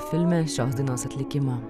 filme šios dainos atlikimą